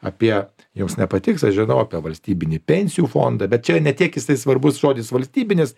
apie jums nepatiks aš žinau apie valstybinį pensijų fondą bet čia ne tiek jisai svarbus žodis valstybinis